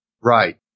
Right